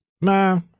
Nah